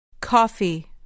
Coffee